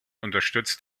unterstützt